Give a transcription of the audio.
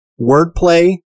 wordplay